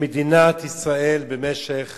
שמדינת ישראל במשך